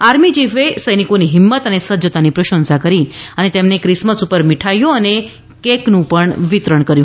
army ચીફે સૈનિકોની હિંમત અને સજ્જતાની પ્રશંસા કરી અને તેમને ક્રિસમસ પર મીઠાઈઓ અને કેકનું વિતરણ પણ કર્યું